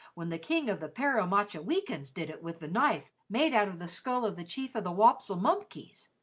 when the king of the parromachaweekins did it with the knife made out of the skull of the chief of the wopslemumpkies.